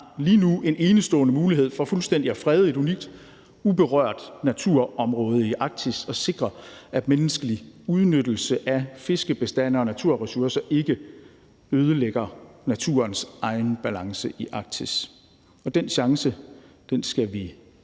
lige nu en enestående mulighed for fuldstændig at frede et unikt uberørt naturområde i Arktis og sikre, at menneskelig udnyttelse af fiskebestande og naturressourcer ikke ødelægger naturens egen balance i Arktis. Den chance skal vi